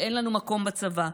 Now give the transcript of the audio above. שאין לנו מקום בצבא,